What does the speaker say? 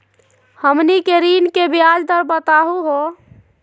हमनी के ऋण के ब्याज दर बताहु हो?